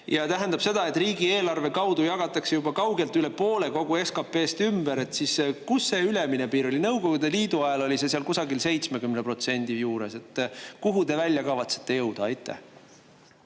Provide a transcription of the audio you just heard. see tähendab seda, et riigieelarve kaudu jagatakse juba kaugelt üle poole kogu SKP-st ümber –, siis kus see ülemine piir on. Nõukogude Liidu ajal oli kusagil 70% juures. Kuhu te kavatsete välja jõuda? Aitäh!